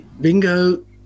Bingo